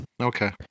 Okay